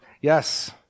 yes